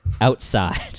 outside